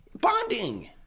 bonding